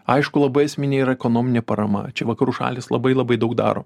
aišku labai esminė yra ekonominė parama čia vakarų šalys labai labai daug daro